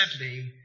sadly